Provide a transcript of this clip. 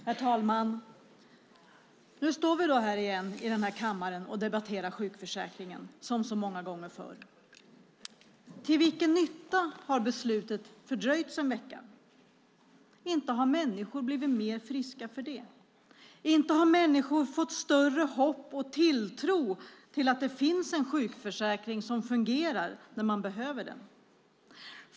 Herr talman! Nu står vi då här igen i denna kammare och debatterar sjukförsäkringen som så många gånger förr. Till vilken nytta har beslutet fördröjts en vecka? Inte har människor blivit friskare för det. Inte har människor fått större hopp och tilltro till att det finns en sjukförsäkring som fungerar när man behöver den.